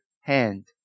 hand